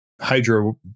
hydro